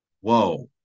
whoa